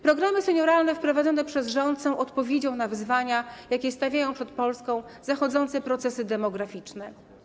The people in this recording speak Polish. Programy senioralne wprowadzone przez rząd są odpowiedzią na wyzwania, jakie stawiają przed Polską zachodzące procesy demograficzne.